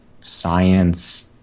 science